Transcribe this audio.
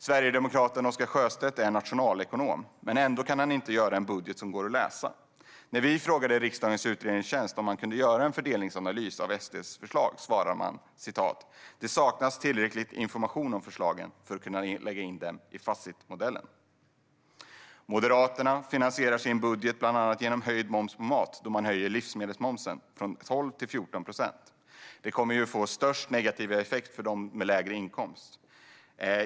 Sverigedemokraten Oscar Sjöstedt är nationalekonom, men han kan ändå inte göra en budget som går att läsa. När vi frågade riksdagens utredningstjänst om man kunde göra en fördelningsanalys av SD:s förslag svarade man: Det saknas tillräcklig information om förslagen för att kunna lägga in dem i FASIT-modellen. Moderaterna finansierar sin budget bland annat genom höjd moms på mat, då de höjer livsmedelsmomsen från 12 till 14 procent. Det kommer att få störst negativ effekt för dem som har lägre inkomst.